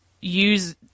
use